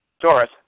Doris